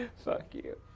fuck you.